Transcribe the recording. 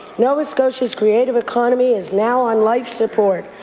nova scotia's creative economy is now on life support.